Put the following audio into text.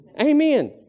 Amen